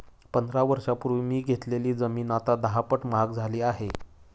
पंधरा वर्षांपूर्वी मी घेतलेली जमीन आता दहापट महाग झाली आहे